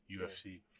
UFC